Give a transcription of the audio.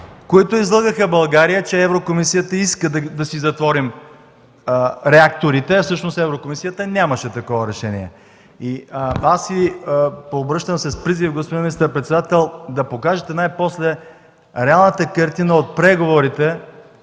които излъгаха България, че Еврокомисията иска да си затворим реакторите, а всъщност Еврокомисията нямаше такова решение. Обръщам се с призив, господин министър-председател, да покажете най-после реалната картина от преговорите